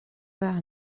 bheith